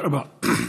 תודה רבה.